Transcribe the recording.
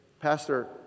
Pastor